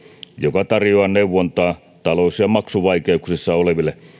joka tarjoaa neuvontaa talous ja maksuvaikeuksissa oleville